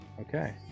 Okay